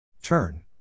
Turn